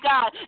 God